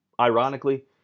Ironically